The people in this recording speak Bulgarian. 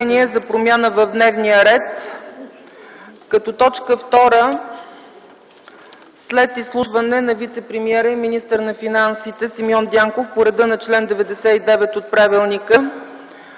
за промяна в дневния ред: Като точка втора, след изслушване на вицепремиера и министър на финансите Симеон Дянков, по реда на чл. 99 от Правилника